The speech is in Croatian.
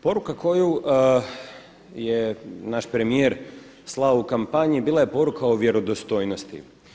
Poruka koju je naš premijer slao u kampanji bila je poruka o vjerodostojnosti.